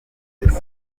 nabwo